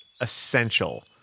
essential